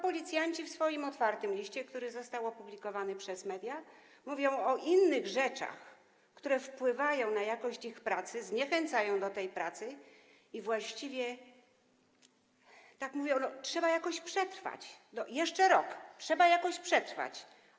Policjanci w swoim otwartym liście, który został opublikowany przez media, mówią o innych rzeczach, które wpływają na jakość ich pracy, zniechęcają do tej pracy, i właściwie tak mówili: trzeba jakoś przetrwać, jeszcze rok, trzeba jakoś przetrwać.